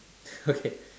okay